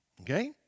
okay